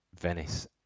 Venice